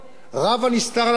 רב הנסתר על הנגלה.